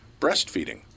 breastfeeding